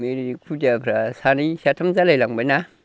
बै खुदियाफ्रा सानै साथाम जालाय लांबाय ना